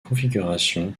configuration